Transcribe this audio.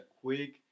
quick